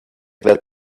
that